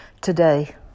today